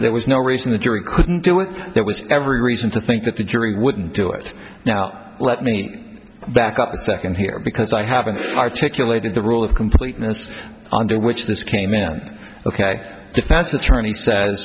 was no reason the jury couldn't do it there was every reason to think that the jury wouldn't do it now let me back up a second here because i haven't articulated the rule of completeness under which this came in ok defense attorney says